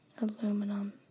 Aluminum